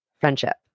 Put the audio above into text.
friendship